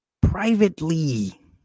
Privately